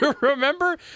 remember